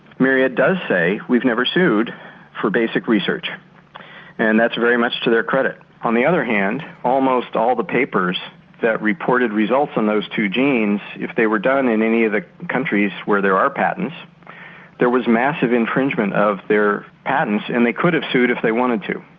myriad does say we've never sued for basic research and that's very much to their credit. on the other hand almost all the papers that reported results on those two genes, if they were done in any of the countries where there are patents there was massive infringement of their patents and they could have sued if they wanted to.